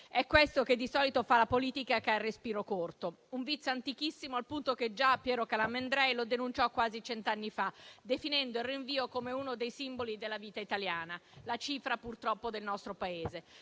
È questo che di solito fa la politica che ha il respiro corto: un vizio antichissimo, al punto che già Piero Calamandrei lo denunciò quasi cent'anni fa, definendo il rinvio come uno dei simboli della vita italiana, la cifra, purtroppo, del nostro Paese.